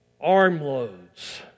armloads